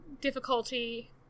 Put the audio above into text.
difficulty